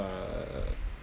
uh